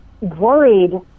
worried